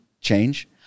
change